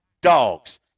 dogs